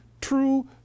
true